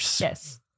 Yes